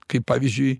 kaip pavyzdžiui